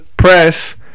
Press